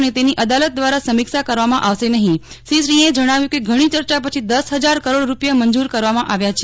અને તેની અદાલત દ્વારા સમીક્ષા કરવામાં આવશે નહીં શ્રી સિંહએ જજ્ઞાવ્યું કે ઘણી ચર્ચા પછી દસ હજાર કરોડ રૂપિયા મંજૂર કરવામાં આવ્યા છે